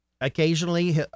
occasionally